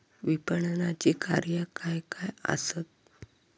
विपणनाची कार्या काय काय आसत?